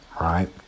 right